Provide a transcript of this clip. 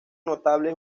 notable